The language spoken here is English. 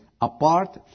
apart